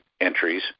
entries